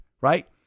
Right